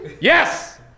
Yes